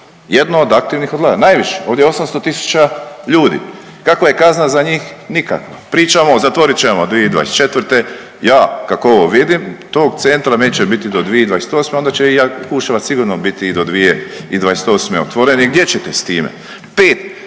Jedno od aktivnih odlagališta, najviše ovdje 800 tisuća ljudi. Kakva je kazna za njih? Nikakva. Pričamo zatvorit ćemo 2024. Ja kako ovo vidim tog centra neće biti do 2028. onda će i Jakuševac sigurno biti i do 2028. otvoren i gdje ćete s time.